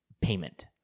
payment